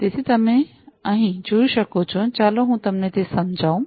તેથી જેમ તમે અહીં જોઈ શકો છો ચાલો હું તમને તે સમજાવું